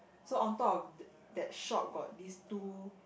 so on top of th~ that shop got this two